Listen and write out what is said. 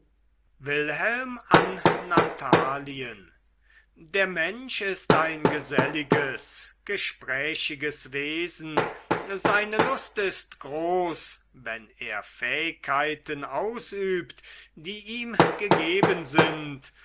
wilhelm an natalien der mensch ist ein geselliges gesprächiges wesen seine lust ist groß wenn er fähigkeiten ausübt die ihm gegeben sind